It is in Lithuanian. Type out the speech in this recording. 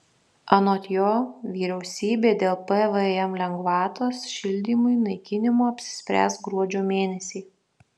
anot jo vyriausybė dėl pvm lengvatos šildymui naikinimo apsispręs gruodžio mėnesį